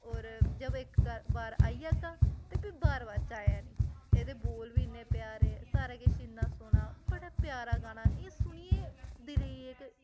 होर जब इक बार आई जाह्गा ते फ्ही बार बार जायां नी एह्दे बोल बी इन्ने प्यारे सारा किश इन्ना सोह्ना बड़ा गै प्यारा गाना एह् सुनियै दिलै गी इक